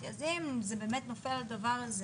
אז אם זה באמת נופל על הדבר הזה